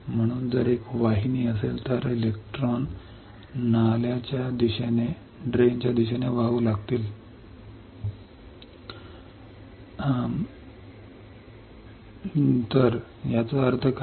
म्हणून जर एक वाहिनी असेल तर इलेक्ट्रॉन ड्रेन च्या दिशेने वाहू लागतील तर याचा अर्थ काय